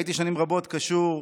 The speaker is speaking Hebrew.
הייתי שנים רבות קשור,